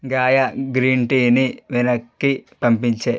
గాయా green టీని వెనక్కి పంపించే